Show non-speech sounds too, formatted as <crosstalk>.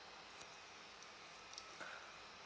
<breath>